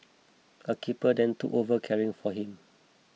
a keeper then took over caring for him